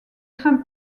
crains